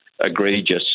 egregious